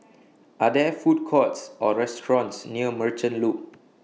Are There Food Courts Or restaurants near Merchant Loop